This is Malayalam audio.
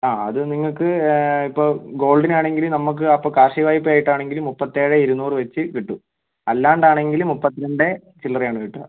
ആ അത് നിങ്ങൾക്ക് ഇപ്പോൾ ഗോൾഡിനാണെങ്കിലും നമുക്ക് അപ്പോൾ കാർഷിക വായ്പ്പയായിട്ടാണെങ്കിലും മുപ്പത്തി ഏഴ് ഇരുന്നൂറ് വെച്ച് കിട്ടും അല്ലാണ്ടാണെങ്കിൽ മുപ്പത്തി രണ്ട് ചില്ലറയാണ് കിട്ടുക